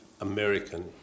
American